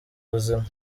ubuzima